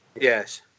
Yes